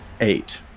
eight